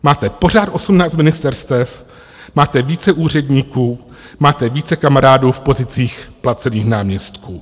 Máte pořád 18 ministerstev, máte více úředníků, máte více kamarádů v pozicích placených náměstků.